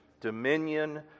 dominion